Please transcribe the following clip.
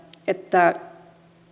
että